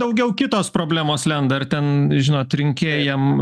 daugiau kitos problemos lenda rr ten žinot rinkėjam